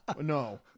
no